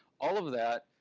all of that,